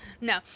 No